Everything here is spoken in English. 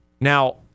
Now